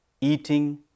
eating